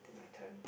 is it my turn